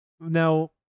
Now